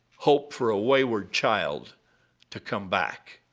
hope for a wayward child to come back